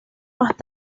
más